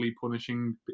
punishing